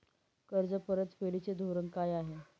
कर्ज परतफेडीचे धोरण काय आहे?